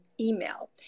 email